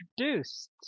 introduced